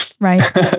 Right